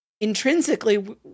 intrinsically